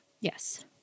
Yes